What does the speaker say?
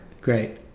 Great